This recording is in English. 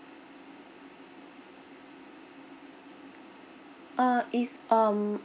uh it's um